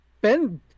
ben